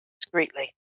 discreetly